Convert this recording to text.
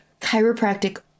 Chiropractic